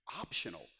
optional